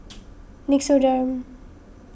Nixoderm